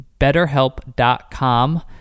betterhelp.com